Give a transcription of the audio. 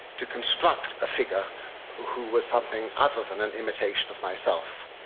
to construct a figure who was something other than an imitation of myself.